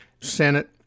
Senate